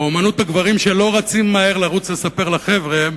או "אמנות הגברים שלא רצים מהר לספר לחבר'ה",